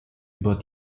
über